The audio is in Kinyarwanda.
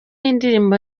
indirimbo